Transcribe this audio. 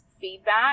feedback